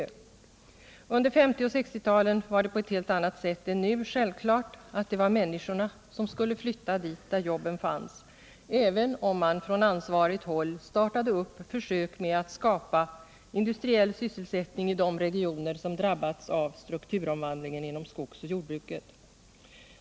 Under 1950 och 1960-talen var det på ett helt annat sätt än nu självklart att det var människorna som skulle flytta dit där jobben fanns även om man från ansvarigt håll startade försök med att skapa industriell sysselsättning i de regioner som drabbats av strukturomvandlingen inom skogsoch jordbruket.